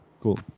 Cool